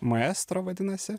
maestro vadinasi